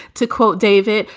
to quote david,